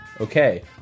Okay